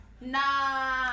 Nah